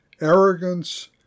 arrogance